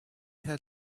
had